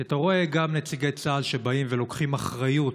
כי אתה רואה גם נציגי צה"ל שבאים ולוקחים אחריות,